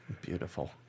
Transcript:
Beautiful